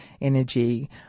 energy